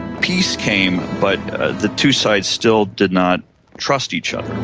peace came, but the two sides still did not trust each other.